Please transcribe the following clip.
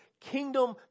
kingdom